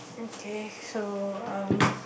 okay so um